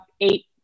eight